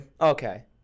Okay